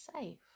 safe